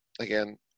Again